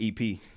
EP